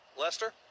Lester